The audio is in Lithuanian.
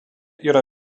yra